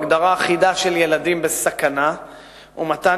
הגדרה אחידה של ילדים בסכנה ומתן